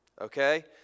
Okay